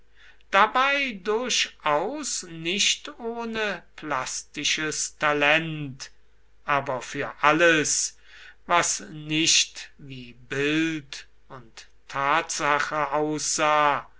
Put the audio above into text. dabei durchaus nicht ohne plastisches talent aber für alles was nicht wie bild und tatsache aussah